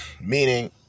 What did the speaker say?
meaning